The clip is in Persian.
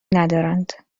ندارند